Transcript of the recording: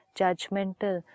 judgmental